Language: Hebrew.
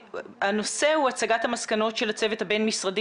הנושא הוא הצגת המסקנות של הצוות הבין משרדי